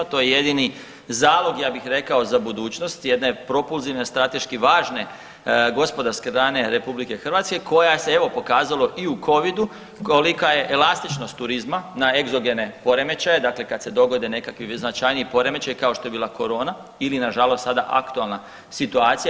To je jedini zalog ja bih rekao za budućnost jedne propulzivne, strateški važne gospodarske grane Republike Hrvatske koja se evo pokazalo i u covidu kolika je elastičnost turizma na egzogene poremećaje, dakle kad se dogode nekakvi značajniji poremećaji kao što je bila corona ili na žalost sada aktualna situacija.